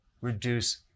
reduce